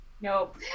Nope